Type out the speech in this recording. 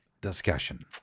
discussion